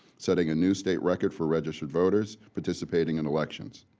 setting a new state record for registered voters participating in elections.